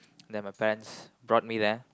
then my parents bought me there